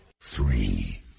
three